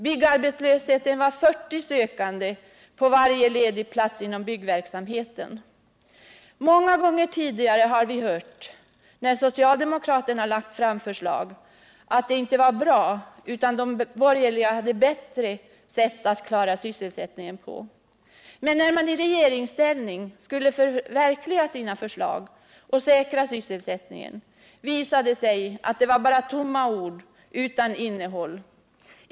Byggarbetslösheten medförde att det var 40 sökande till varje ledig plats inom byggnadsverksamheten. Många gånger tidigare har vi hört, när socialdemokraterna har lagt fram förslag, att de inte var bra utan att de borgerliga hade bättre sätt att klara sysselsättningen på. Men när man i regeringsställning skulle förverkliga sina förslag och ”säkra sysselsättningen” visade det sig att det var bara ord utan innehåll.